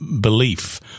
belief